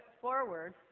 forward